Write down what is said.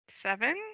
seven